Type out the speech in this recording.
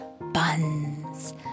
buns